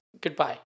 goodbye